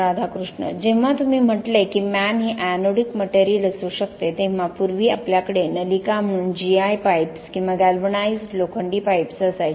राधाकृष्ण जेव्हा तुम्ही म्हंटले की म्यान ही एनोडिक मटेरियल असू शकते तेव्हा पूर्वी आपल्याकडे नलिका म्हणून G I पाईप्स किंवा गॅल्वनाइज्ड लोखंडी पाईप्स असायचे